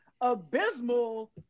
abysmal